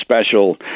special